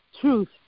truth